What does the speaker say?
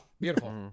beautiful